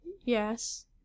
Yes